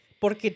Porque